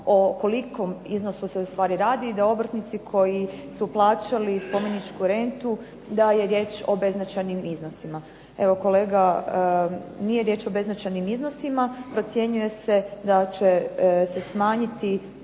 o kolikom iznosu se u stvari radi i da obrtnici koji su plaćali spomeničku rentu da je riječ o beznačajnim iznosima. Evo kolega nije riječ o beznačajnim iznosima. Procjenjuje se da će se smanjiti